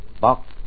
Box